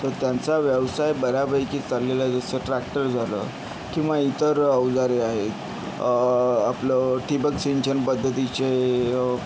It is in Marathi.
तर त्यांचा व्यवसाय बऱ्यापैकी चाललेला जसं ट्रॅक्टर झालं किंवा इतर अवजारे आहेत आपलं ठिबक सिंचन पद्धतीचे